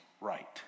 right